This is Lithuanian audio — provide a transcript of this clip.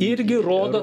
irgi rodo